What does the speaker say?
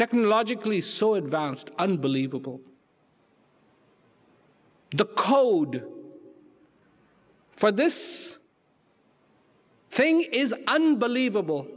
technologically so advanced unbelievable the code for this thing is unbelievable